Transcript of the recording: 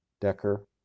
Decker